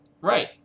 Right